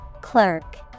Clerk